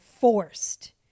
forced